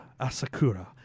Asakura